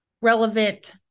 relevant